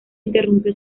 interrumpió